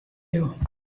you